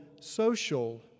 social